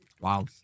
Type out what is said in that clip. Wow